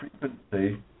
frequency